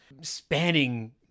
spanning